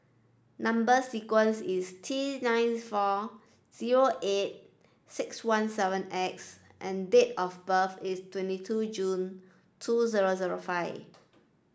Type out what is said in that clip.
number sequence is T nine four zero eight six one seven X and date of birth is twenty two June two zero zero five